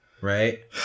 Right